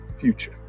future